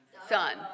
son